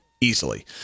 easily